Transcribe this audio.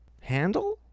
handle